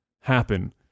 happen